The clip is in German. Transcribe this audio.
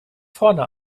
vorne